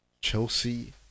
Chelsea